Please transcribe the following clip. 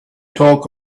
talk